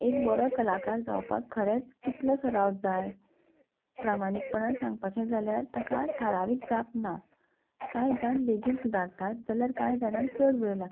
एक बरो कलाकार जावपाक खरेंच कितलो सराव जाय प्रामाणीकपणान सांगपाचें जाल्यार ताका थारावीक जाप ना कांय जाण बेगीन सुदारतात जाल्यार कांय जाणांक चड वेळ लागता